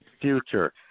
future